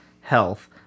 health